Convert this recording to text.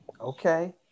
Okay